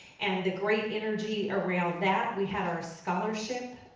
and the great energy around that. we had our scholarship